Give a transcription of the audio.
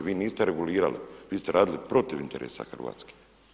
Vi niste regulirali, vi ste radili protiv interesa Hrvatske.